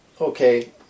okay